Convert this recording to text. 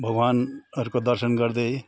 भगवान्हरूको दर्शन गर्दै